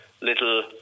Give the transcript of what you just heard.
little